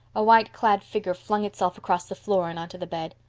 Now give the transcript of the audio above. a white-clad figure flung itself across the floor and on to the bed.